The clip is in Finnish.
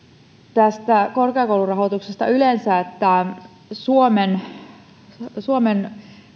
tästä korkeakoulurahoituksesta yleensä suomen suomen